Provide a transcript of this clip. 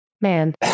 man